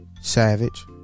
Savage